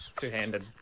Two-handed